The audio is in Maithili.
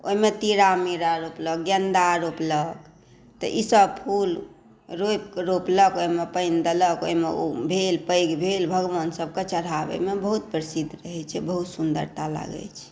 ओहिमे तिवरा मीरा रोपलक गेन्दा रोपलक तऽ ई सभ फुल रोपलक ओहिमे पानि देलक ओहिमे ओ भेल पैघ भगवान सभके चढ़ावैमे बहुत प्रसिद्ध रहै छै बहुत सुन्दरता लागै छै